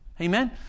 amen